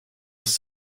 was